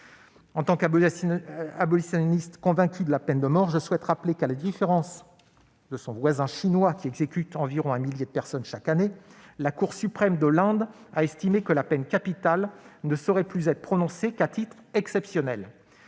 fervent abolitionniste de la peine de mort, je souhaite rappeler que, à la différence de son voisin chinois qui exécute environ un millier de personnes chaque année, la Cour suprême de l'Inde a estimé que la peine capitale ne saurait plus être prononcée qu'à titre exceptionnel.